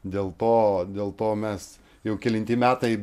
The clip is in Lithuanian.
dėl to dėl to mes jau kelinti metai